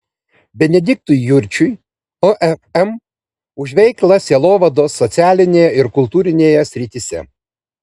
benediktui jurčiui ofm už veiklą sielovados socialinėje ir kultūrinėje srityse